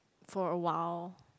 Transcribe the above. for awhile